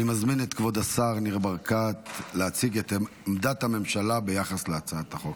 אני מזמין את כבוד השר ניר ברקת להציג את עמדת הממשלה ביחס להצעת החוק.